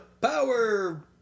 Power